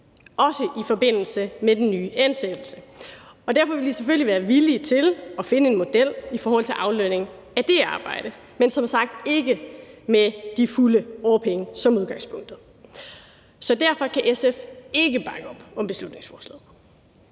også i forbindelse med den nye ansættelse. Derfor vil vi selvfølgelig være villige til at finde en model i forhold til aflønning af det arbejde, men som sagt ikke med de fulde årpenge som udgangspunktet. Så derfor kan SF ikke bakke op om beslutningsforslaget.